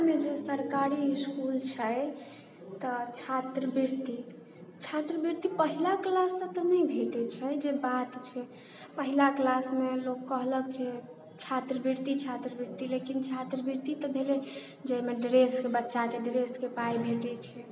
बिहारमे जे सरकारी इसकुल छै तऽ छात्रवृति छात्रवृति पहिला क्लाससँ तऽ नहि भेटै छै जे बात छै पहिला क्लासमे लोक कहलक जे छात्रवृति छात्रवृति लेकिन छात्रवृति तऽ भेलै जाहिमे ड्रेसके बच्चाके ड्रेसके पाइ भेटै छै